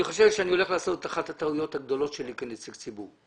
אני חושב שאני הולך לעשות את אחת הטעויות הגדולות שלי כנציג ציבור.